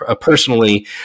personally